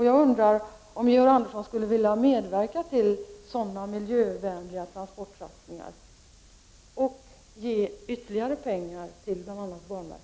Jag undrar om Georg Andersson skulle vilja medverka till sådana miljövänliga transportsatsningar och ge ytterligare pengar till bl.a. banverket.